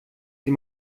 sie